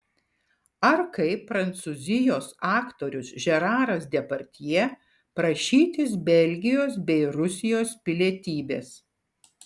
ar kaip prancūzijos aktorius žeraras depardjė prašytis belgijos bei rusijos pilietybės